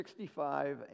65